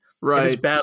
Right